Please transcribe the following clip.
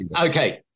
Okay